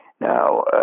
Now